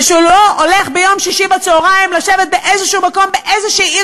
ושהוא לא הולך ביום שישי בצהריים לשבת באיזה מקום באיזו עיר,